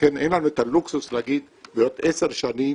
ולכן אין לנו את הלוקסוס להגיד שבעוד עשר שנים